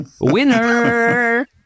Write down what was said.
Winner